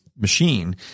machine